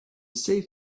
save